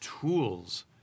tools